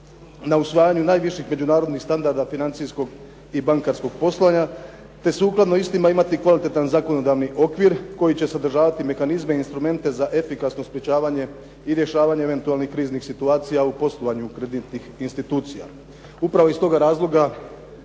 na usvajanju najviših međunarodnih standarda financijskog i bankarskog poslovanja te sukladno istima imati kvalitetan zakonodavni okvir koji će sadržavati mehanizme, instrumente za efikasno sprečavanje i rješavanje eventualnih kriznih situacija u poslovanju kreditnih institucija. Upravo iz toga razloga